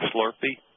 Slurpee